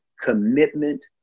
commitment